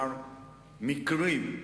שהיו מקרים,